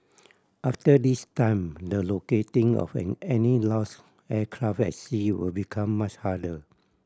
after this time the locating of an any lost aircraft at sea will become much harder